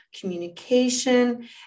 communication